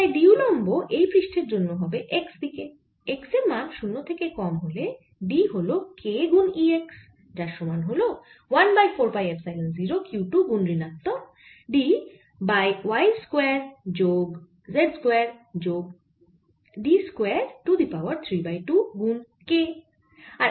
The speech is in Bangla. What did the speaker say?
তাই D উল্লম্ব এই পৃষ্ঠের জন্য হবে x দিকে x এর মান 0 থেকে কম হলে D হল k গুন E x যার সমান হল 1 বাই 4 পাই এপসাইলন 0 q 2 গুন ঋণাত্মক d বাই y স্কয়ার যোগ z স্কয়ার যোগ d square to the power 3 by 2 গুন k